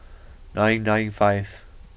nine nine five